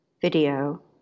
video